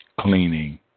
cleaning